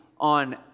on